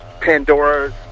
Pandora's